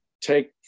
take